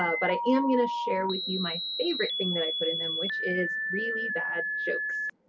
ah but i am gonna share with you my favorite thing that i put in them, which is really bad jokes.